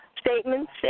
statements